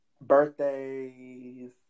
birthdays